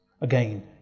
Again